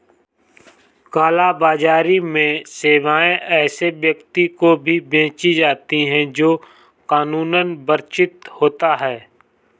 काला बाजारी में सेवाएं ऐसे व्यक्ति को भी बेची जाती है, जो कानूनन वर्जित होता हो